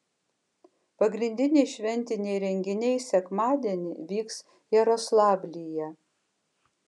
pagrindiniai šventiniai renginiai sekmadienį vyks jaroslavlyje